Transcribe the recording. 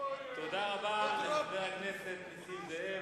תודה רבה לחבר הכנסת נסים זאב.